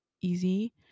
easy